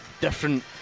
different